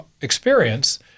experience